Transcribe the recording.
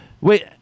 Wait